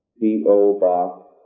P-O-Box